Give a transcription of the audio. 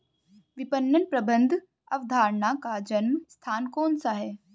विपणन प्रबंध अवधारणा का जन्म स्थान कौन सा है?